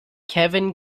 kevin